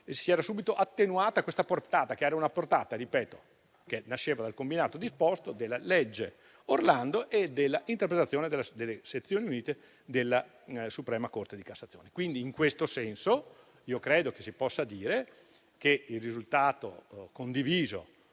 si era subito attenuata una portata che - lo ripeto - nasceva dal combinato disposto della cosiddetta legge Orlando e della interpretazione delle sezioni unite della Suprema corte di cassazione. In questo senso, credo che si possa dire che il risultato condiviso